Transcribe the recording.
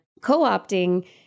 co-opting